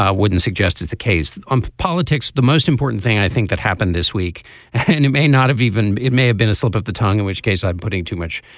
ah wouldn't suggest is the case in um politics. the most important thing i think that happened this week and it may not have even it may have been a slip of the tongue in which case i'm putting too much